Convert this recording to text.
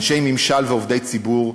אנשי ממשל ועובדי ציבור,